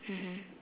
mmhmm